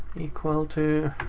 equal to,